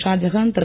Shahjahan Thiru